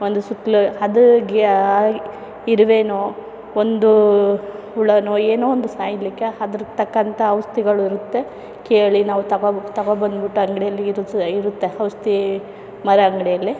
ಒಂದು ಸುತ್ತಲೂ ಅದು ಗ್ಯಾ ಇರುವೇನೋ ಒಂದು ಹುಳನೋ ಏನೋ ಒಂದು ಸಾಯಲಿಕ್ಕೆ ಅದ್ರ ತಕ್ಕಂಥ ಔಷಧಿಗಳು ಇರುತ್ತೆ ಕೇಳಿ ನಾವು ತಗೊಬಂದ್ಬಿಟ್ಟು ಅಂಗಡಿಯಲ್ಲಿ ಇರು ಇರುತ್ತೆ ಔಷಧಿ ಮರ ಅಂಗಡಿಯಲ್ಲಿ